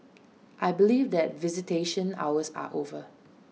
I believe that visitation hours are over